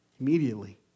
Immediately